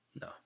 no